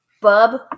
bub